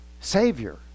Savior